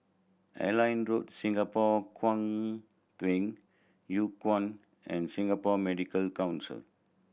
Airline Road Singapore Kwangtung Hui Kuan and Singapore Medical Council